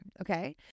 okay